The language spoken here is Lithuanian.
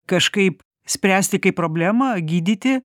kažkaip spręsti kaip problemą gydyti